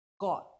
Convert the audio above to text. God